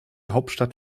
hauptstadt